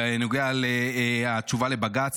בנוגע לתשובה לבג"ץ,